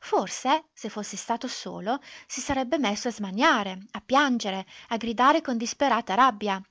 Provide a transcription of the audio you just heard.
forse se fosse stato solo si sarebbe messo a smaniare a piangere a gridare con disperata rabbia